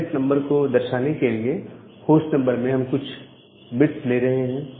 subnet number को दर्शाने करने के लिए होस्ट नंबर से हम कुछ बिट्स ले रहे हैं